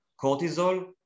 cortisol